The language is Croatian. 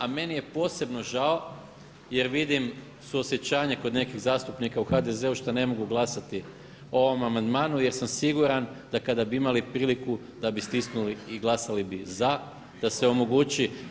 A meni je posebno žao jer vidim suosjećanje kod nekih zastupnika u HDZ-u što ne mogu glasati o ovom amandmanu jer sam siguran da kada bi imali priliku da bi stisnuli i glasali bi za, da se omogući.